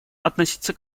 относиться